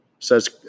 says